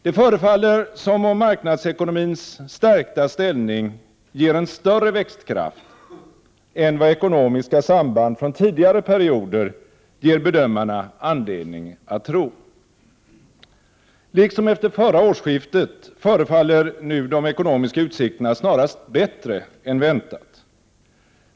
Det förefaller som om marknadsekonomins stärkta ställning ger en större växtkraft än vad ekonomiska samband från tidigare perioder ger bedömarna anledning att tro. Liksom efter förra årsskiftet förefaller nu de ekonomiska utsikterna snarast bättre än väntat.